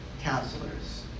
counselors